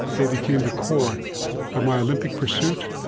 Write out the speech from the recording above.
they became the core of my olympic pursuit,